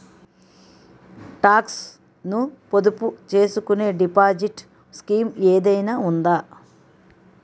Talks ను పొదుపు చేసుకునే డిపాజిట్ స్కీం ఏదైనా ఉందా?